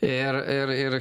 ir ir ir